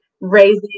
raising